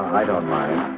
i don't mind.